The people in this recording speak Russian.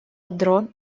дрон